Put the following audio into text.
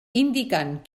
indicant